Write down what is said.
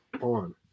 on